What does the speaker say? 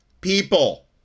people